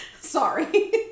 sorry